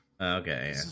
Okay